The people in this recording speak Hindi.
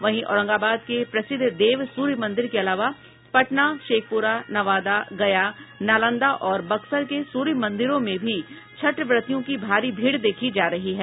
वहीं औरंगाबाद के प्रसिद्ध देव सूर्य मंदिर के अलावा पटना शेखपुरा नवादा गया नालंदा और बक्सर के सूर्य मंदिरों में भी छठ व्रतियों की भारी भीड़ देखी जा रही है